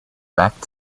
back